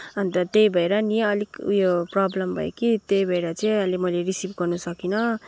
अनि त त्यही भएर नि अलिक उयो प्रब्लम भयो कि त्यही भएर चाहिँ अहिले मैले रिसिभ गर्न सकिनँ